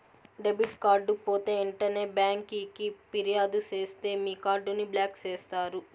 debit card పోతే ఎంటనే బ్యాంకికి ఫిర్యాదు సేస్తే మీ కార్డుని బ్లాక్ చేస్తారు